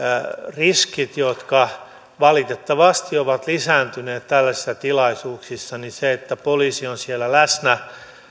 riskit valitettavasti ovat lisääntyneet tällaisissa tilaisuuksissa niin se että poliisi on siellä läsnä